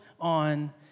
on